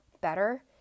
better